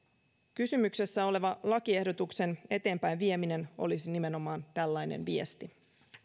kysymyksessä olevan lakiehdotuksen eteenpäin vieminen olisi nimenomaan tällainen viesti